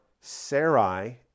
Sarai